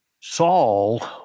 Saul